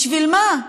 בשביל מה?